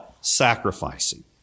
sacrificing